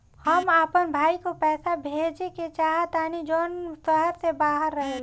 हम अपन भाई को पैसा भेजे के चाहतानी जौन शहर से बाहर रहेला